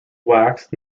waxed